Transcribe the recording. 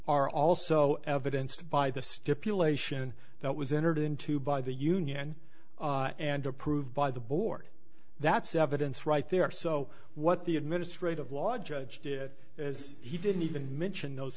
are also evidenced by the stipulation that was entered into by the union and approved by the board that's evidence right there are so what the administrative law judge did as he didn't even mention those